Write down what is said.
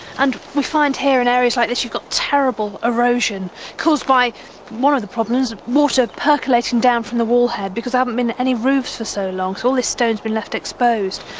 and we find here in areas like this you've got terrible erosion caused by one of the problems water percolating down from the wall head, because there haven't been any roofs for so long, so all this stone's been left exposed.